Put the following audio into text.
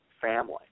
family